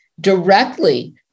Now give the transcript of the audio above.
directly